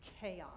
chaos